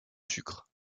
sucre